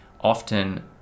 often